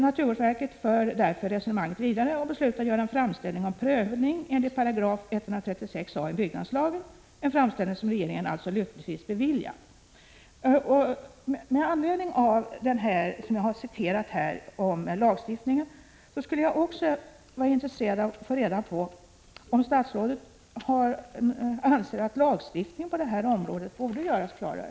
Naturvårdsverket för därför resonemanget vidare och beslutar göra en framställning om prövning enligt 136 a § byggnadslagen, en framställning som regeringen alltså lyckligtvis beviljat. Med anledning av vad jag här har citerat om lagstiftningen skulle jag också vara intresserad av att få reda på om statsrådet anser att lagstiftningen på det här området borde göras klarare.